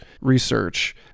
research